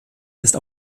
ist